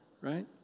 right